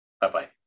Bye-bye